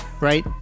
Right